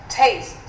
taste